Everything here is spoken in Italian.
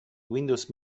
windows